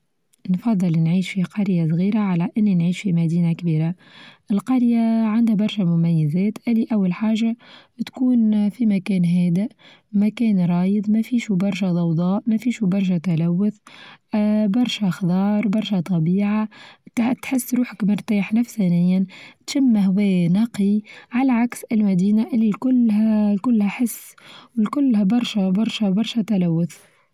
نفضل نعيش في قرية صغيرة على أنى نعيش في مدينة كبيرة، القرية عندها برشا مميزات اللي أول حاچة بتكون في مكان هادئ مكان رايد ما فيش وبرشا ضوضاء ما فيش وبرشا تلوث اه برشا خضار برشا طبيعة تح تحس روحك مرتاح نفسانيا تشم هوا نقي، على عكس المدينة اللي كلها كلها حس والكلها برشا برشا برشا تلوث.